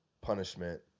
Punishment